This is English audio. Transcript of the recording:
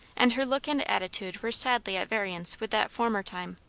and her look and attitude were sadly at variance with that former time.